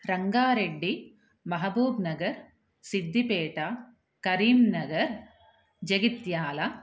रङ्गारेड्डि महबूब्नगरं सिद्दिपेटा करींनगरं जेगित्याला